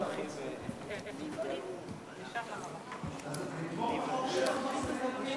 דווקא בגלל החוק שלך ובגלל חוקים אחרים אנחנו נתחזק ועוד נתחזק.